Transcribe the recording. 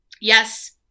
Yes